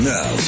Now